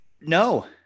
no